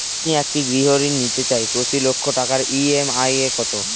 আমি একটি গৃহঋণ নিতে চাই প্রতি লক্ষ টাকার ই.এম.আই কত?